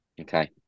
Okay